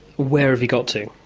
where have you got to?